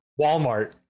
Walmart